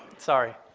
sorry.